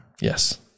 Yes